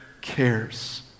cares